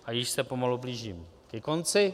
A již se pomalu blížím ke konci.